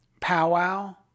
powwow